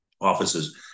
offices